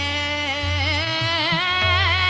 a